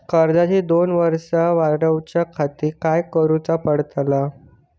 कर्जाची दोन वर्सा वाढवच्याखाती काय करुचा पडताला?